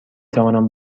توانم